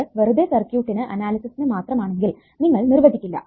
ഇത് വെറുതെ സർക്യൂട്ടിനു അനാലിസിസിനു മാത്രമാണെങ്കിൽ നിങ്ങൾ നിർവചിക്കില്ല